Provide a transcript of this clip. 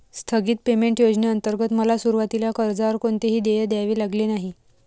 स्थगित पेमेंट योजनेंतर्गत मला सुरुवातीला कर्जावर कोणतेही देय द्यावे लागले नाही